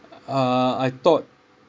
uh I thought